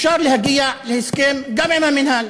אפשר להגיע להסכם גם עם המינהל.